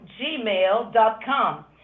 gmail.com